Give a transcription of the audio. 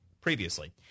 previously